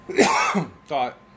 thought